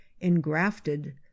engrafted